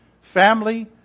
family